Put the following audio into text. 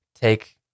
take